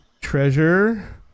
Treasure